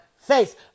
face